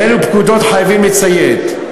לאילו פקודות חייבים לציית,